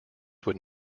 would